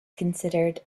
considered